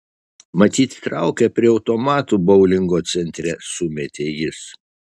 matyt traukia prie automatų boulingo centre sumetė jis